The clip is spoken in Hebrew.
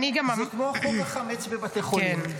זה כמו חוק החמץ בבתי החולים,